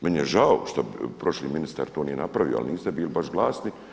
Meni je žao što prošli ministar to nije napravio, ali niste bili baš glasni.